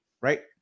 right